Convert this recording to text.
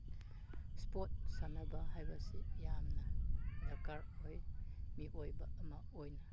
sport ꯁꯥꯟꯅꯕ ꯍꯥꯏꯕꯁꯤ ꯌꯥꯝꯅ ꯗꯔꯀꯥꯔ ꯑꯣꯏ ꯃꯤꯑꯣꯏꯕ ꯑꯃ ꯑꯣꯏꯅ